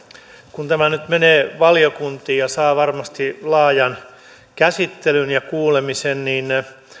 kun tämä nyt menee valiokuntiin ja saa varmasti laajan käsittelyn ja kuulemisen niin